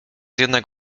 jednak